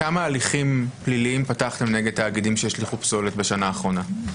כמה הליכים פליליים פתחתם נגד תאגידים שהשליכו פסולת בשנה האחרונה?